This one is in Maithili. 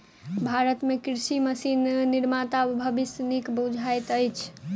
भारत मे कृषि मशीन निर्माताक भविष्य नीक बुझाइत अछि